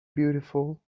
beautiful